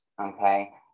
okay